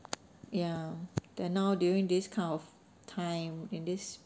ya then now during this kind of time in this